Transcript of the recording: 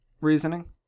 Reasoning